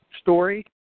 story